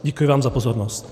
Děkuji vám za pozornost.